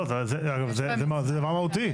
לא, זה דבר מהותי.